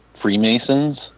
Freemasons